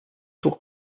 tour